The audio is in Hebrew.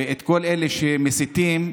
וכל אלה שמסיתים,